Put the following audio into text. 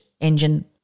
engine